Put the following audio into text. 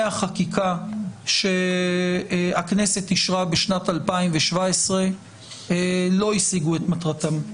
החקיקה שהכנסת אישרה בשנת 2017 לא השיגו את מטרתם.